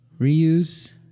Reuse